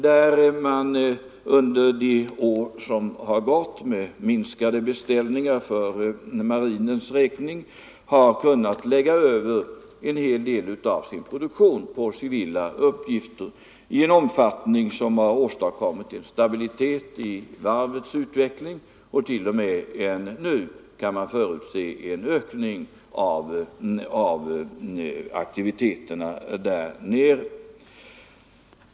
Där har på grund av minskade beställningar för marinens räkning överförts en del produktion på civila uppgifter i en omfattning som har åstadkommit en stabilitet i varvets utveckling och t. om. en ökning av aktiviteterna.